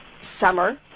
summer